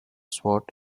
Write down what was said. sword